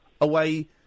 away